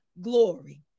glory